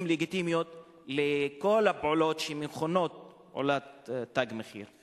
לגיטימיות לכל הפעולות שמכונות "תג מחיר".